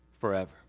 forever